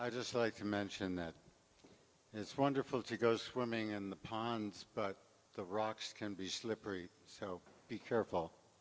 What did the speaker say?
i just like to mention that it's wonderful to go swimming in the pond but the rocks can be slippery so be careful